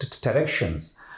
directions